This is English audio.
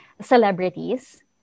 celebrities